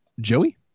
Joey